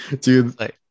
dude